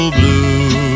blue